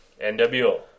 NWO